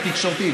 התקשורתית,